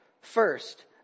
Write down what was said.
First